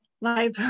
Live